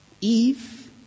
Eve